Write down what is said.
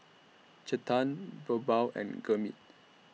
Chetan Birbal and Gurmeet